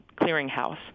clearinghouse